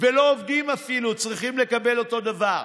ולא עובדים, אפילו, צריכים לקבל אותו דבר?